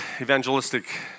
evangelistic